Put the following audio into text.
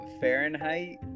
Fahrenheit